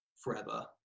forever